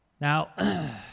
now